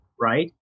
right